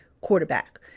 quarterback